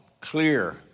clear